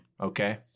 Okay